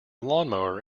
lawnmower